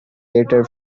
later